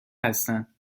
هستند